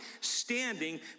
standing